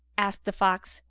asked the fox,